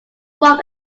from